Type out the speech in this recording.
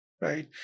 right